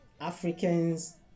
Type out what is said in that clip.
Africans